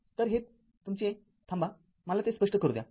तर हे तुमचे थांबा मला ते स्पष्ट करू द्या